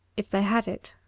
if they had it.